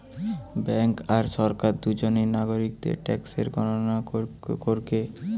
bank আর সরকার দুজনেই নাগরিকদের ট্যাক্সের গণনা করেক